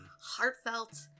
heartfelt